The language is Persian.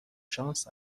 شانس